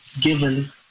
given